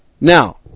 Now